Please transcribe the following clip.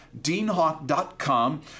DeanHawk.com